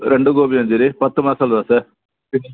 രണ്ട് ഗോപി മഞ്ചൂരിയൻ പത്ത് മസാലദോശ പിന്നെ